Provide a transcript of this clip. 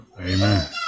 Amen